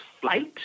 flight